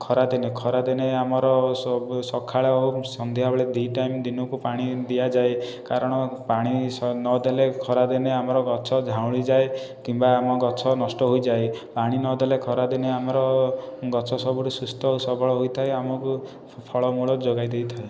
ଖରା ଦିନେ ଖରା ଦିନେ ଆମର ସଖାଳ ସନ୍ଧ୍ୟାବେଳେ ଦି ଟାଇମ ଦିନକୁ ପାଣି ଦିଆଯାଏ କାରଣ ପାଣି ନଦେଲେ ଖରା ଦିନେ ଆମର ଗଛ ଝାଉଁଳି ଯାଏ କିମ୍ବା ଆମ ଗଛ ନଷ୍ଟ ହୋଇଯାଏ ପାଣି ନଦେଲେ ଖରା ଦିନେ ଆମର ଗଛ ସବୁଠି ସୁସ୍ଥ ଓ ସବଳ ହୋଇଥାଏ ଆମକୁ ଫଳ ମୂଳ ଯୋଗାଇ ଦେଇଥାଏ